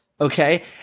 okay